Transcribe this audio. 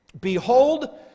Behold